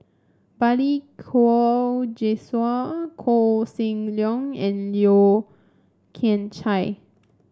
Balli Kaur Jaswal Koh Seng Leong and Yeo Kian Chye